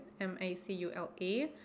M-A-C-U-L-E